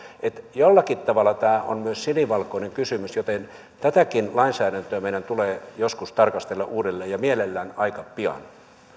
jollakin tavalla tämä on myös sinivalkoinen kysymys joten tätäkin lainsäädäntöä meidän tulee joskus tarkastella uudelleen ja mielellään aika pian